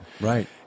right